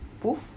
poof